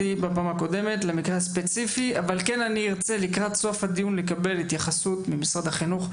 כן ארצה לקראת סוף הדיון לקבל התייחסות ממשרד החינוך,